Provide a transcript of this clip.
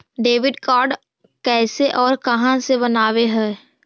Debit card कैसे और कहां से बनाबे है?